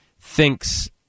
thinks